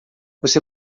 você